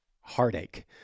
heartache